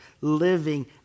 living